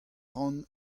ran